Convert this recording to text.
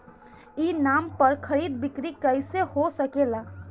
ई नाम पर खरीद बिक्री कैसे हो सकेला?